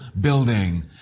building